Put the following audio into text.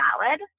valid